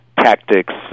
tactics